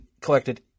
collected